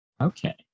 Okay